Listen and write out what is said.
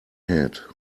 head